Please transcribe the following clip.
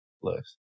plus